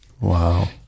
Wow